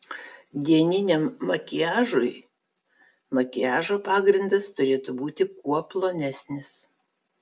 dieniniam makiažui makiažo pagrindas turėtų būti kuo plonesnis